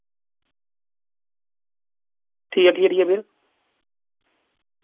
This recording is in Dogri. ठीक ऐ ठीक ऐ ठीक ऐ बीर